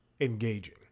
engaging